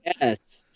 Yes